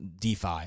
DeFi